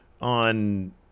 on